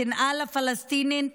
השנאה לפלסטינים,